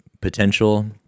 potential